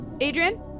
Adrian